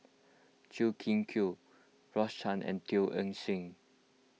Chua Kim Yeow Rose Chan and Teo Eng Seng